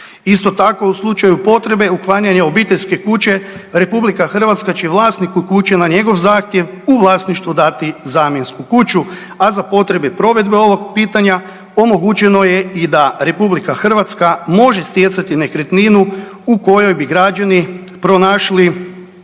Isto tako u slučaju potrebe uklanjanja obiteljske kuće RH će vlasniku kuće na njegov zahtjev u vlasništvo dati zamjensku kuću, a za potrebe provedbe ovog pitanja omogućeno je i da RH može stjecati nekretninu u kojoj bi građani pronašli